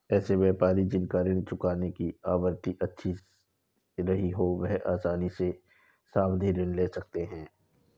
ऐसे व्यापारी जिन का ऋण चुकाने की आवृत्ति अच्छी रही हो वह आसानी से सावधि ऋण ले सकते हैं